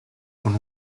con